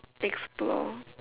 explore